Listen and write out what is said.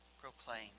proclaim